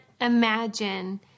imagine